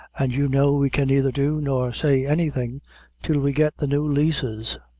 and you know we can neither do nor say anything till we get the new leases.